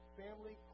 family